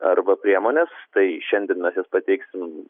arba priemonės tai šiandien mes jas pateiksim